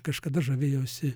kažkada žavėjausi